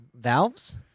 Valves